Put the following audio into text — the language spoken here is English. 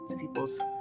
people's